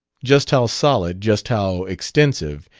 just how solid, just how extensive,